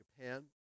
Japan